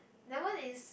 that one is